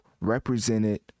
represented